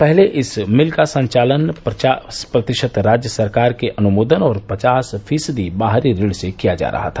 पहले इस मिल का संवालन पचास प्रतिशत राज्य सरकार के अनुदान और पचास फीसद बाहरी ऋण से किया जा रहा था